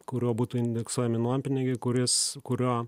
kuriuo būtų indeksuojami nuompinigiai kuris kurio